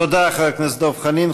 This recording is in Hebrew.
תודה, חבר הכנסת דב חנין.